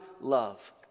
love